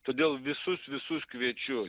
todėl visus visus kviečiu